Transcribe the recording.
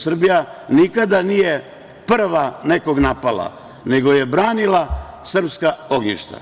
Srbija nikada nije prva nekoga napala, nego je branila srpska ognjišta